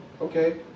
Okay